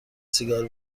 سیگار